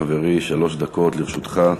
בבקשה, חברי, שלוש דקות לרשותך.